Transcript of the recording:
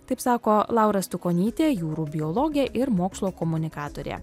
taip sako laura stukonytė jūrų biologė ir mokslo komunikatorė